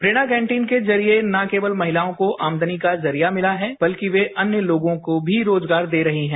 प्रेरणा canteen के जरिए न केवल महिलाओं को आमदनी का जरिया मिला है बल्कि वे अन्य लोगों को भी रोजगार दे रहे हैं